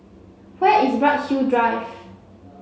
where is Bright Hill Drive